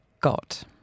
got